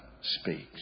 speaks